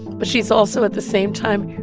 but she's also, at the same time,